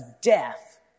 death